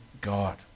God